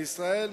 בישראל,